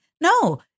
no